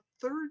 third